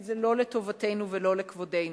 כי זה לא לטובתנו ולא לכבודנו.